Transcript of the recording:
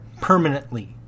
permanently